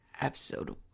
episode